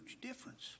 difference